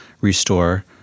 restore